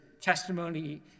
testimony